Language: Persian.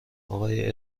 آقای